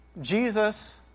Jesus